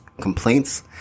complaints